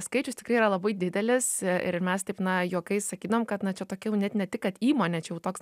skaičius tikrai yra labai didelis ir mes taip na juokais sakydavom kad na čia tokia jau ne tik kad įmonė čia jau toks